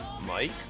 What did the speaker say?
mike